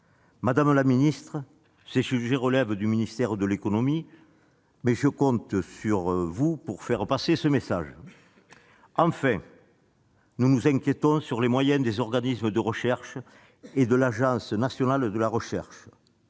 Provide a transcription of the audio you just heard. Madame la ministre, ces sujets relèvent du ministère de l'économie, mais je compte sur vous pour faire passer le message. Enfin, nous sommes inquiets s'agissant des moyens des organismes de recherche et de l'Agence nationale de la recherche.